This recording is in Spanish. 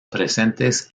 presentes